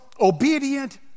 obedient